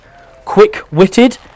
quick-witted